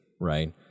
right